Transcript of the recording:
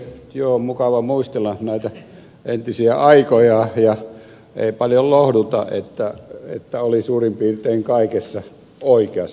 jo on mukava muistella näitä entisiä aikoja ja ei paljon lohduta että oli suurin piirtein kaikessa oikeassa